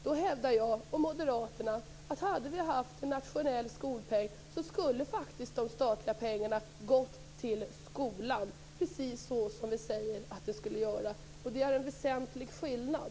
Då hävdar jag och moderaterna att om vi hade haft en nationell skolpeng, skulle faktiskt de statliga pengarna ha gått till skolan, precis så som vi säger att de borde göra. Detta är en väsentlig skillnad.